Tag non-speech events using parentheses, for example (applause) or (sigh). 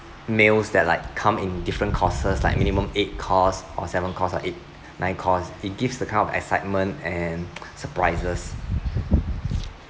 meals that like come in different courses like minimum eight course or seven course or eight nine course it gives the kind of excitement and (noise) surprises